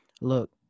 Look